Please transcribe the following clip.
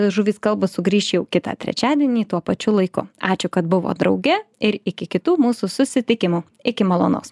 žuvys kalba sugrįš jau kitą trečiadienį tuo pačiu laiku ačiū kad buvot drauge ir iki kitų mūsų susitikimų iki malonaus